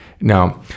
Now